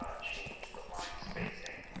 ah change the line spacing,